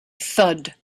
thud